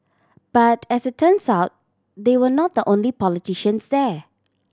but as it turns out they were not the only politicians there